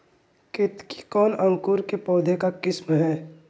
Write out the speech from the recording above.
केतकी कौन अंकुर के पौधे का किस्म है?